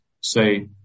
say